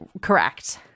Correct